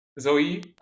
Zoe